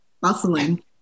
bustling